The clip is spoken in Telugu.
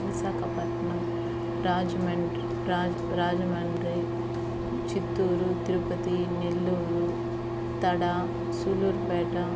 విశాఖపట్నం రాజమండ్రి రాజమండ్రి చిత్తూరు తిరుపతి నెల్లూరు తడ సూళ్లూరుపేట